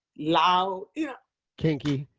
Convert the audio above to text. loud. yeah kinky,